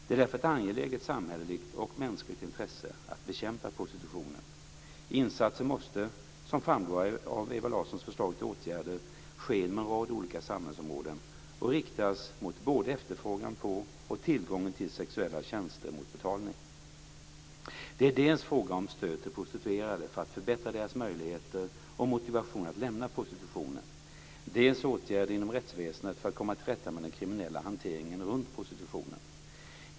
Det är därför ett angeläget samhälleligt och mänskligt intresse att bekämpa prostitutionen. Insatser måste, som framgår av Ewa Larssons förslag till åtgärder, ske inom en rad olika samhällsområden och riktas mot både efterfrågan på och tillgången till sexuella tjänster mot betalning. Det är dels fråga om stöd till prostituerade för att förbättra deras möjlighet och motivation att lämna prostitutionen, dels åtgärder inom rättsväsendet för att komma till rätta med den kriminella hanteringen runt prostitutionen.